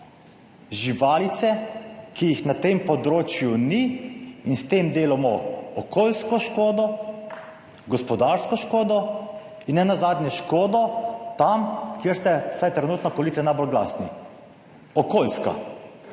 živalice, ki jih na tem področju ni in s tem delamo okoljsko škodo, gospodarsko škodo in nenazadnje škodo tam, kjer ste vsaj trenutno koalicija najbolj glasni, okoljska.